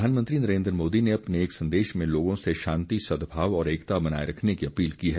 प्रधानमंत्री नरेन्द्र मोदी ने अपने एक संदेश में लोगों से शांति सद्भाव और एकता बनाए रखने की अपील की है